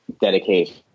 dedication